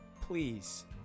please